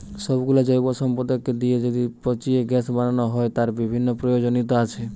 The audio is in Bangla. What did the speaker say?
সব গুলো জৈব সম্পদকে লিয়ে যদি পচিয়ে গ্যাস বানানো হয়, তার বিভিন্ন প্রয়োজনীয়তা আছে